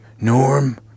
Norm